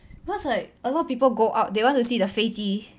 cause like a lot of people go out they want to see the 飞机